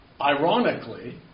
Ironically